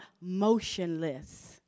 motionless